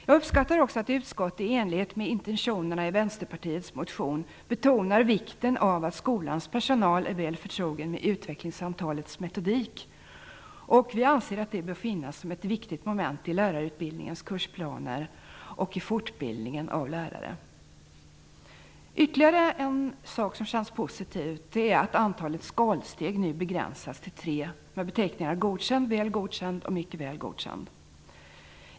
Jag uppskattar också att utskottet i enlighet med intentionerna i Västerpartiets motion betonar vikten av att skolans personal är väl förtrogen med utvecklingssamtalets metodik. Vi anser att detta bör finnas med som ett viktigt moment i lärarutbildningens kursplaner och i fortbildningen av lärare. Ytterligare en sak som är positiv är att antalet skalsteg nu begränsas till tre med beteckningarna godkänd, väl godkänd och mycket väl godkänd.